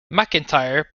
mcintyre